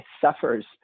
suffers